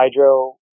Hydro